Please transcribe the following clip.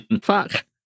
fuck